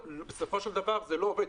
בסופו של דבר זה לא עובד.